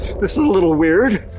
this is a little weird.